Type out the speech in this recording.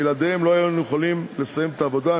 בלעדיהם לא היינו יכולים לסיים את העבודה.